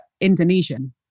Indonesian